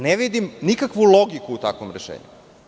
Ne vidim nikakvu logiku u takvom rešenju.